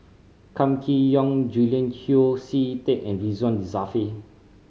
Kam Kee Yong Julian Yeo See Teck and Ridzwan Dzafir